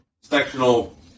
Sectional